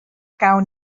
gawn